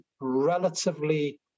relatively